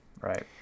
Right